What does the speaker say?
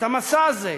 את המסע הזה,